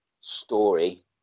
story